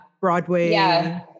Broadway